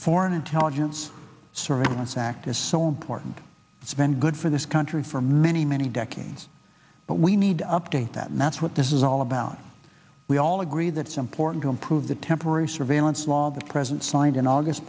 foreign intelligence surveillance act is so important it's been good for this country for many many decades but we need to update that and that's what this is all about we all agree that it's important to improve the temporary surveillance law the president signed in august